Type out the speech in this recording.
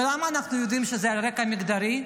ולמה אנחנו יודעים שזה על רקע מגדרי?